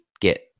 get